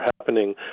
happening